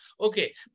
okay